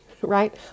right